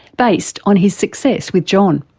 based on his success with john.